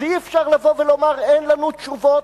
אז אי-אפשר לבוא ולומר: אין לנו תשובות,